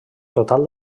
total